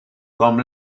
comme